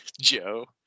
Joe